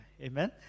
Amen